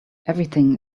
everything